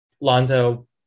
Lonzo